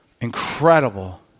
incredible